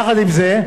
יחד עם זה,